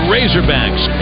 Razorbacks